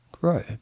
grow